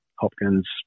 Hopkins